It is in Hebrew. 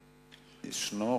ישנו?